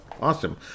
awesome